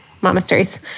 monasteries